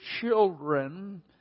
children